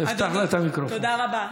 תודה רבה.